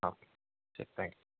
okay ശരി thank you